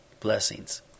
Blessings